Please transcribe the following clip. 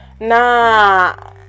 Nah